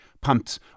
pumped